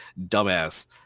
dumbass